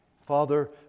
Father